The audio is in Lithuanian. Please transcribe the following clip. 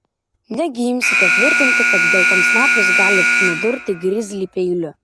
negi imsite tvirtinti kad geltonsnapis gali nudurti grizlį peiliu